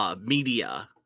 media